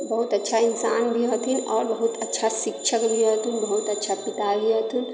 बहुत अच्छा इन्सान भी हथिन आओर बहुत अच्छा शिक्षक भी हथिन बहुत अच्छा पिता भी हथिन